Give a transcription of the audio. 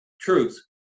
truth